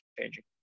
changing